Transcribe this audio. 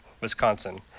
Wisconsin